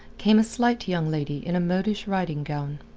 came a slight young lady in a modish riding-gown.